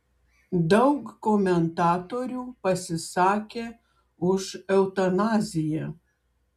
daug komentatorių pasisakė už eutanaziją